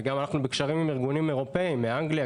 וגם אנחנו בקשרים עם ארגונים אירופאיים מאנגליה,